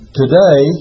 today